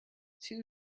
two